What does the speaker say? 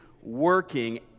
working